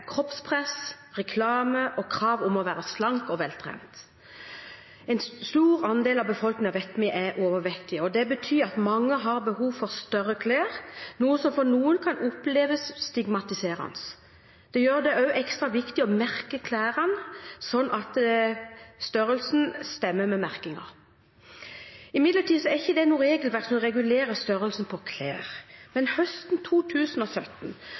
kroppspress, reklame og krav om å være slank og veltrent. En stor andel av befolkningen er overvektige, og det betyr at mange har behov for større klær, noe som for noen kan oppleves stigmatiserende. Det gjør det også ekstra viktig å merke klærne slik at størrelsen stemmer med merkingen. Det er imidlertid ikke noe regelverk som regulerer størrelsen på klær, men høsten 2017